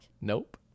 Nope